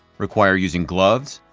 require using gloves,